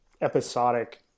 episodic